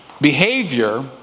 Behavior